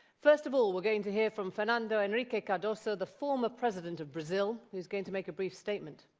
first of all we're going to hear from fernando henrique cardoso, the former president of brazil, who's going to make a brief statement.